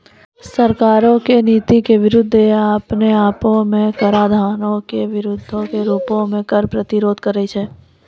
सरकारो के नीति के विरोध या अपने आपो मे कराधानो के विरोधो के रूपो मे कर प्रतिरोध करै छै